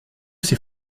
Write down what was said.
c’est